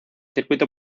circuito